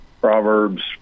Proverbs